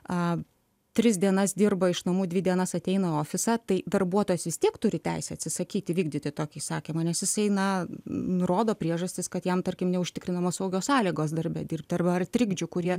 a tris dienas dirba iš namų dvi dienas ateina į ofisą tai darbuotojas vis tiek turi teisę atsisakyti vykdyti tokį įsakymą nes jis na nurodo priežastis kad jam tarkim neužtikrinamos saugios sąlygos darbe dirbti arba ar trikdžių kurie